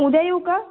उद्या येऊ का